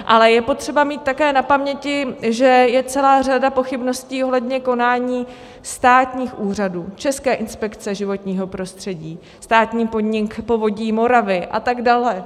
Ale je potřeba mít také na paměti, že je celá řada pochybností ohledně konání státních úřadů České inspekce životního prostředí, státního podniku Povodí Moravy atd.